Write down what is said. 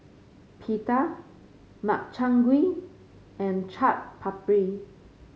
Pita Makchang Gui and Chaat Papri